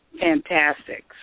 fantastic